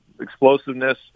explosiveness